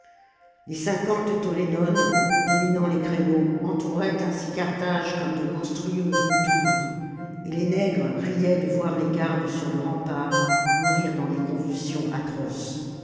les cinquante tollénones dominant les créneaux entouraient ainsi carthage comme de monstrueux vautours et les nègres riaient de voir les gardes sur le rempart mourir dans des convulsions atroces